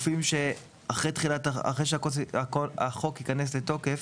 אחרי שהחוק ייכנס לתוקף,